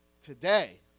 today